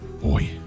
Boy